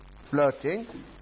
flirting